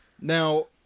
now